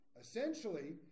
Essentially